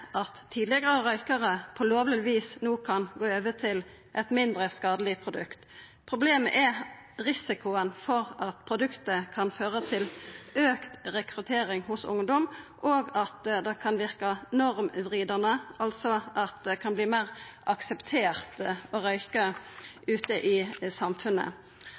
at tidlegare røykarar på lovleg vis no kan gå over til eit mindre skadeleg produkt. Problemet er risikoen for at produktet kan føra til auka rekruttering blant ungdom, og at det kan verka normvridande, altså at det kan verta meir akseptert å røyka ute i samfunnet.